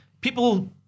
people